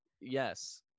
Yes